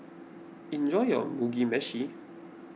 enjoy your Mugi Meshi